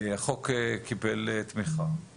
החוק קיבל תמיכה,